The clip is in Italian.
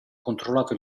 controllato